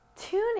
tune